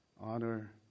honor